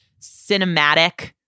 cinematic